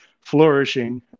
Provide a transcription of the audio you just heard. flourishing